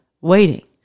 waiting